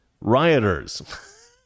rioters